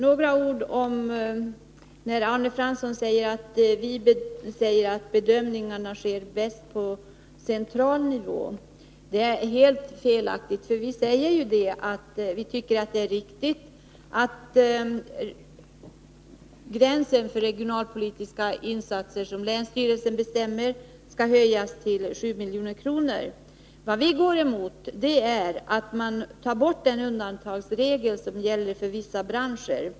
Fru talman! Arne Fransson säger att vår modell är att bedömningarna sker bäst på central nivå, men det är helt felaktigt. Vi säger ju att vi tycker det är riktigt att gränsen för de regionalpolitiska insatser som länsstyrelsen bestämmer skall höjas till 7 milj.kr. Vad vi går emot är att man tar bort den undantagsregel som gäller för vissa branscher.